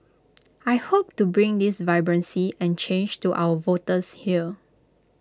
I hope to bring this vibrancy and change to our voters here